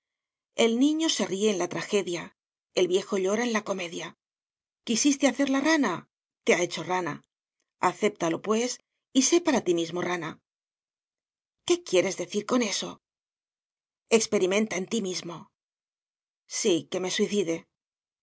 el niño se ríe en la tragedia el viejo llora en la comedia quisiste hacerla rana te ha hecho rana acéptalo pues y sé para ti mismo rana qué quieres decir con eso experimenta en ti mismo sí que me suicide